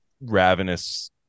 ravenous